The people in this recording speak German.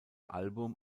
album